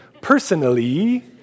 Personally